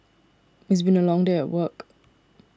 it's been a long day at work